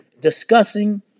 discussing